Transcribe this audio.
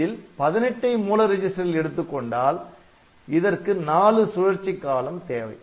இதில் 18 ஐ மூல ரிஜிஸ்டரில் எடுத்துக்கொண்டால் இதற்கு 4 சுழற்சிக் காலம் தேவை